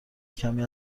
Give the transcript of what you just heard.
کمی